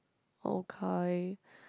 okay